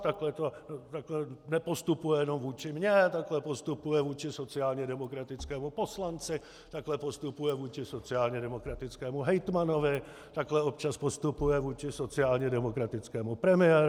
Takhle nepostupuje jenom vůči mně, takhle postupuje vůči sociálně demokratickému poslanci, takhle postupuje vůči sociálně demokratickému hejtmanovi, takhle občas postupuje vůči sociálně demokratickému premiérovi.